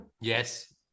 Yes